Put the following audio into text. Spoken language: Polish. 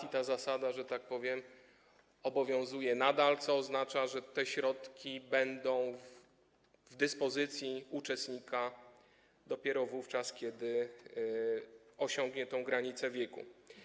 I ta zasada, że tak powiem, obowiązuje nadal, co oznacza, że te środki będą w dyspozycji uczestnika dopiero wówczas, kiedy osiągnie tę granicę wieku.